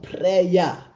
prayer